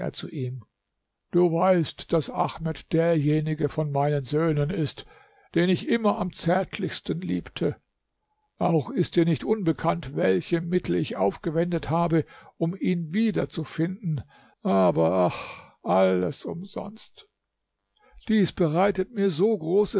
zu ihm du weißt daß ahmed derjenige von meinen söhnen ist den ich immer am zärtlichsten liebte auch ist dir nicht unbekannt welche mittel ich aufgewendet habe um ihn wiederzufinden aber ach alles umsonst dies bereitet mir so